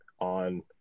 on